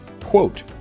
quote